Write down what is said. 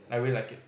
I really like it